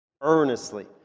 Earnestly